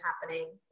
happening